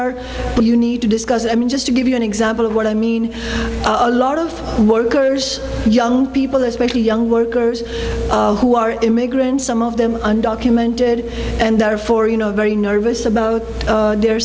what you need to discuss i mean just to give you an example of what i mean a lot of workers young people especially young workers who are immigrants some of them undocumented and therefore you know very nervous about their